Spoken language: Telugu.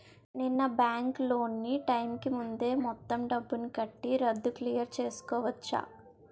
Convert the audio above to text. నేను నా బ్యాంక్ లోన్ నీ టైం కీ ముందే మొత్తం డబ్బుని కట్టి రద్దు క్లియర్ చేసుకోవచ్చా?